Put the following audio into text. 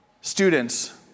students